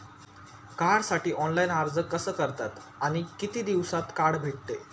कार्डसाठी ऑनलाइन अर्ज कसा करतात आणि किती दिवसांत कार्ड भेटते?